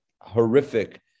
horrific